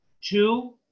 Two